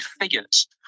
figures